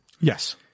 Yes